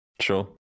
Sure